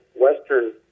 western